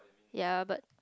ya but